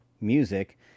music